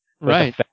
Right